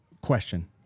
question